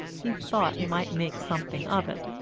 he thought he might make something of it.